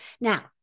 Now